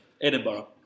Edinburgh